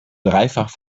dreifach